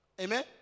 Amen